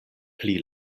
pli